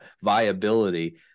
viability